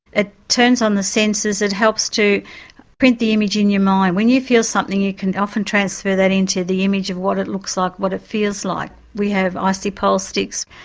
it turns on the senses, it helps to print the image in your mind. when you feel something you can often transfer that into the image of what it looks like, what it feels like. we have icy pole sticks,